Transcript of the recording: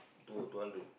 to a two hundred